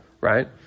right